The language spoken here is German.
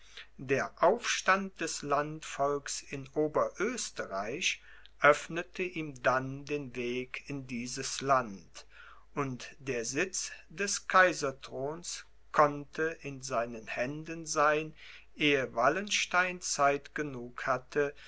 der aufstand des landvolks in oberösterreich öffnete ihm dann den weg in dieses land und der sitz des kaiserthrons konnte in seinen händen sein ehe wallenstein zeit hatte